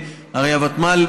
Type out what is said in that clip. הרי הוותמ"ל,